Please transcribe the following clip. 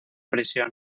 prisión